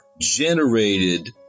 generated